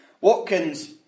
Watkins